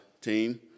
team